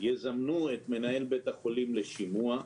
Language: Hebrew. יזמנו את מנהל בית החולים לשימוע.